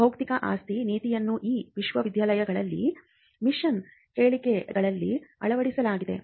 ಬೌದ್ಧಿಕ ಆಸ್ತಿ ನೀತಿಯನ್ನು ಈ ವಿಶ್ವವಿದ್ಯಾಲಯಗಳಲ್ಲಿನ ಮಿಷನ್ ಹೇಳಿಕೆಗಳಲ್ಲಿ ಅಳವಡಿಸಲಾಗಿದೆ